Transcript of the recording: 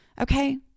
Okay